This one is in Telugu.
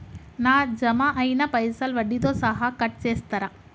నా జమ అయినా పైసల్ వడ్డీతో సహా కట్ చేస్తరా?